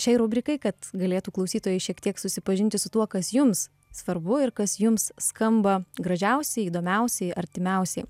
šiai rubrikai kad galėtų klausytojai šiek tiek susipažinti su tuo kas jums svarbu ir kas jums skamba gražiausiai įdomiausiai artimiausiai